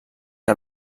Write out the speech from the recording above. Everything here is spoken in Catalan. que